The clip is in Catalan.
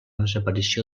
desaparició